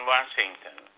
Washington